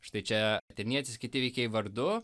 štai čia atėnietis kiti įvykiai vardu